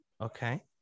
Okay